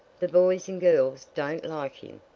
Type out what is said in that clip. the boys and girls don't like him,